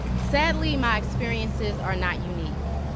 sadly, my experiences are not unique